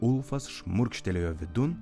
ulfas šmurkštelėjo vidun